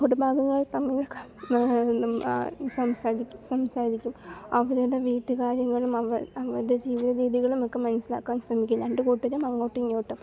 കുടുംബാംഗങ്ങൾ തമ്മിൽ സംസാരിക്കും സംസാരിക്കും അവരുടെ വീട്ടുകാര്യങ്ങളും അവരുടെ ജീവിത രീതികളുമൊക്കെ മനസിലാക്കാൻ ശ്രമിക്കും രണ്ട് കൂട്ടരും അങ്ങോട്ടും ഇങ്ങോട്ടും